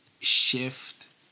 shift